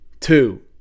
Two